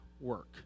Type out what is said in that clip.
work